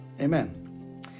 Amen